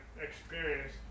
experience